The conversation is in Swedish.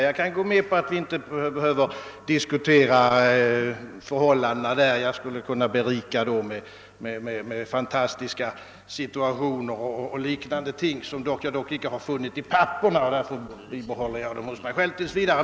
Jag kan gå med på att vi inte här skall diskutera förhållandena som sådana; jag skulle i så fall kunna berätta om fantastiska situationer som jag inte har funnit återgivna i handlingarna och därför behåller jag dessa upplysningar för mig själv tills vidare.